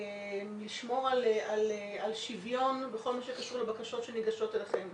איך אתם יכולים לשמור על שוויון בכל הקשור לבקשות שמוגשות אליכם?